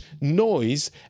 noise